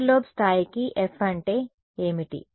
side lobe స్థాయికి F అంటే ఏమిటి